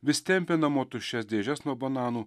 vis tempė namo tuščias dėžes nuo bananų